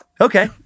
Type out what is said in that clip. okay